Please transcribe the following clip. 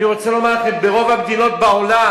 אני רוצה לומר לכם: ברוב המדינות בעולם